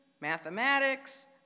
mathematics